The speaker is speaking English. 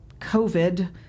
COVID